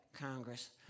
Congress